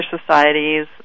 societies